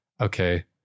Okay